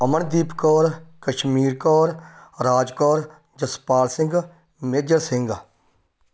Amandeep Kaur Kashmir Kaur Raj Kaur Jaspal Singh Major Singh